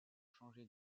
changé